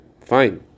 Fine